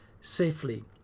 safely